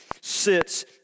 sits